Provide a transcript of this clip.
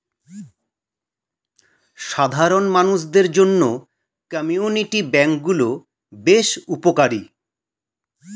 সাধারণ মানুষদের জন্য কমিউনিটি ব্যাঙ্ক গুলো বেশ উপকারী